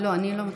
מי נמנע?